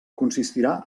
consistirà